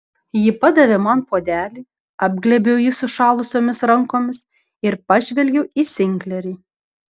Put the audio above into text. ji padavė man puodelį apglėbiau jį sušalusiomis rankomis ir pažvelgiau į sinklerį